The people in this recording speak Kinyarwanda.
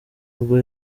ubwo